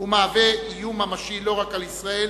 ומהווה איום ממשי לא רק על ישראל,